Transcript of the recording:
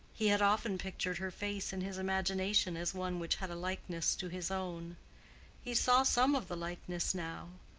he had often pictured her face in his imagination as one which had a likeness to his own he saw some of the likeness now,